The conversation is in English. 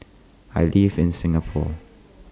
I live in Singapore